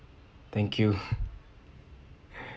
thank you